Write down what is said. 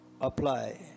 apply